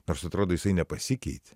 nors atrodo jisai nepasikeitė